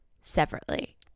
separately